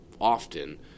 often